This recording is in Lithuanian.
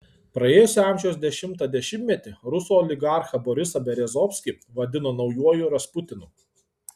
praėjusio amžiaus dešimtą dešimtmetį rusų oligarchą borisą berezovskį vadino naujuoju rasputinu